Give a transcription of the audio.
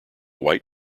white